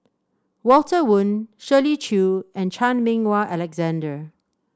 Walter Woon Shirley Chew and Chan Meng Wah Alexander